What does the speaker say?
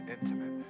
intimate